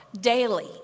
daily